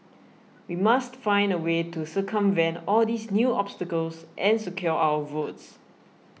we must find a way to circumvent all these new obstacles and secure our votes